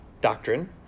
doctrine